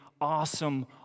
awesome